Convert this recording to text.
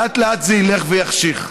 לאט-לאט זה ילך ויחשיך.